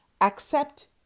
accept